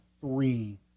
three